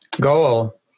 goal